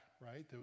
right